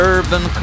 Urban